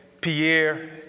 Pierre